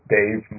Dave